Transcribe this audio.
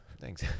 Thanks